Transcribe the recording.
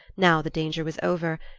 now the danger was over,